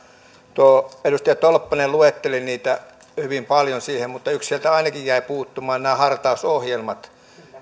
edustaja tolppanen luetteli niitä hyvin paljon siihen mutta yksi sieltä ainakin jäi puuttumaan nämä hartausohjelmat